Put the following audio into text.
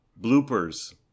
bloopers